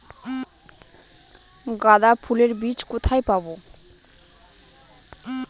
গাঁদা ফুলের বীজ কোথায় পাবো?